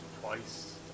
twice